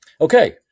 Okay